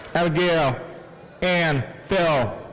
abigail ann thill